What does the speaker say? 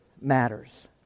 matters